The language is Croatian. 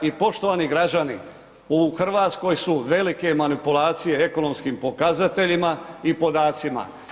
I poštovani građani u Hrvatskoj su velike manipulacije ekonomskim pokazateljima i podacima.